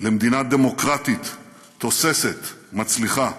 למדינה דמוקרטית, תוססת, מצליחה.